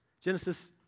Genesis